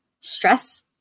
stress